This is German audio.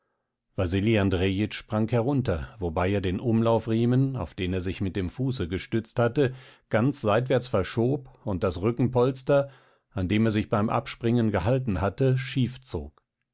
wasili andrejitsch sprang herunter wobei er den umlaufriemen auf den er sich mit dem fuße gestützt hatte ganz seitwärts verschob und das rückenpolster an dem er sich beim abspringen gehalten hatte schief zog